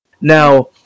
Now